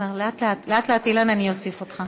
חוק הביטוח הלאומי (תיקון מס' 169),